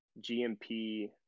GMP